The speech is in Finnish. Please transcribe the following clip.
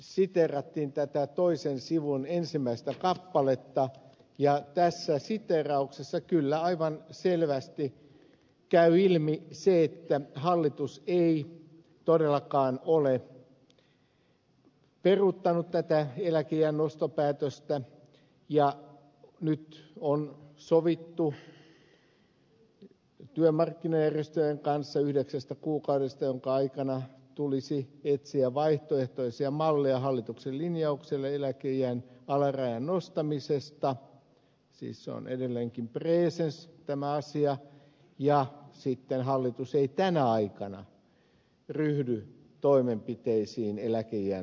siteerattiin tätä toisen sivun ensimmäistä kappaletta ja tässä siteerauksessa kyllä aivan selvästi käy ilmi se että hallitus ei todellakaan ole peruuttanut tätä eläkeiän nostopäätöstä ja nyt on sovittu työmarkkinajärjestöjen kanssa yhdeksästä kuukaudesta jona aikana tulisi etsiä vaihtoehtoisia malleja hallituksen linjaukselle eläkeiän alarajan nostamisesta siis on edelleenkin preesensissä tämä asia ja sitten hallitus ei tänä aikana ryhdy toimenpiteisiin eläkeiän nostamiseksi